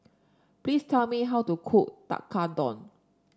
please tell me how to cook Tekkadon